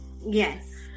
yes